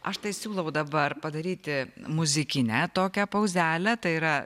aš tai siūlau dabar padaryti muzikinę tokią pauzelę tai yra